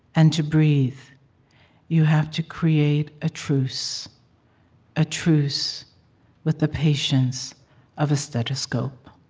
and to breathe you have to create a truce a truce with the patience of a stethoscope.